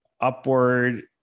upward